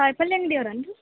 ಕಾಯಿಪಲ್ಲೆ ಅಂಗಡಿ ಅವ್ರು ಏನು ರೀ